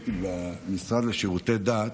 שכשהייתי במשרד לשירותי דת,